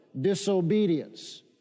disobedience